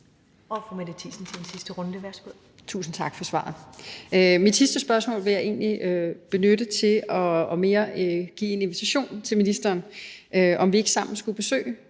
13:22 Mette Thiesen (NB): Tusind tak for svaret. Mit sidste spørgsmål vil jeg egentlig mere benytte til at give en invitation til ministeren til, at vi sammen besøger